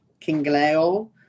Kingleo